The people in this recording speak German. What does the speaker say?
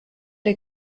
der